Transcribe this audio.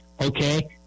okay